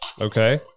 Okay